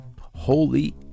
Holy